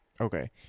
Okay